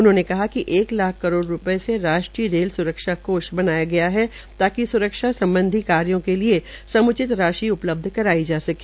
उन्होंने बताया कि एक लाख करोड़ रूप्ये से राष्ट्रीय रेल स्रक्षा कोष बनाया गया है ताकि स्रक्षा सम्बधी कार्यो के लिए सम्चित राशि उपल्बध कराई जा सके